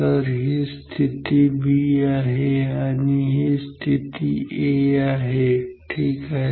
तर ही स्थिती b आहे आणि ही स्थिती a आहे ठीक आहे